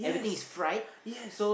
yes yes